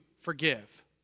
forgive